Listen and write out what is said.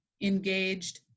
engaged